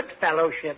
fellowship